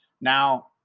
Now